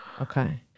Okay